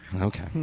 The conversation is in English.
Okay